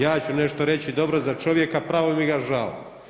Ja ću nešto reći dobro za čovjeka pravo mi ga žao.